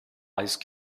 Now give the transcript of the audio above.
ice